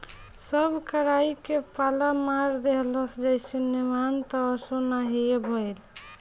सब कराई के पाला मार देहलस जईसे नेवान त असो ना हीए भईल